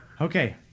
Okay